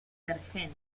bergen